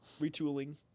retooling